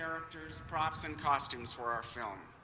characters, props and costumes for our film.